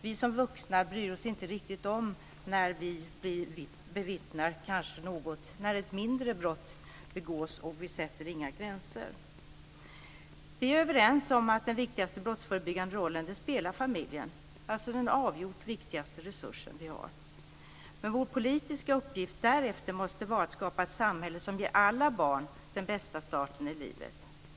Vi som vuxna bryr oss inte riktigt om när vi bevittnar när ett mindre brott begås, och vi sätter inga gränser. Vi är överens om att den viktigaste brottsförebyggande rollen spelar familjen, alltså den avgjort viktigaste resurs vi har. Men vår politiska uppgift därefter måste vara att skapa ett samhälle som ger alla barn den bästa starten i livet.